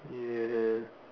ya